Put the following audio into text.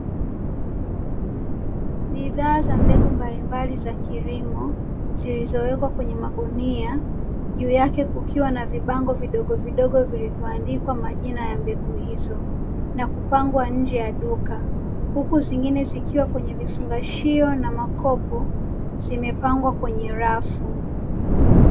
Bidhaa za mbegu mbalimbali za kilimo, zilizowekwa kwenye magunia, juu yake kukiwa na vibango vidogovidogo vilivyoandikwa majina ya mbegu hizo na kupangwa nje ya duka, huku zingine zikiwa kwenye vifungashio na makopo zimepangwa kwenye rafu.